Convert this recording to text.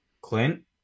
Clint